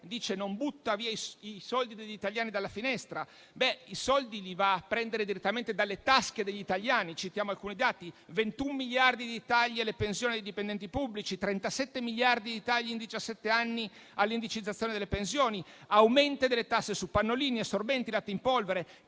dice che non butta via i soldi degli italiani dalla finestra. Va bene, ma i soldi li va a prendere direttamente dalle tasche degli italiani. Citiamo alcuni dati: 21 miliardi di tagli alle pensioni dei dipendenti pubblici; 37 miliardi di tagli in diciassette anni all'indicizzazione delle pensioni; aumento delle tasse su pannolini, assorbenti, latte in polvere;